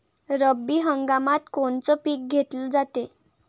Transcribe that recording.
रब्बी हंगामात कोनचं पिक घेतलं जाते?